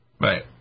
Right